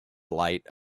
light